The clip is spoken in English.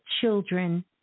children